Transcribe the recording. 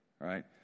Right